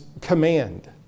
command